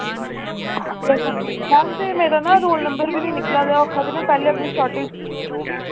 yes ma'am ma'am फिर मेरा ना रोल नंबर बी निं निकला दा ओह् आखा दे में पैह्लें अपनी शार्टेज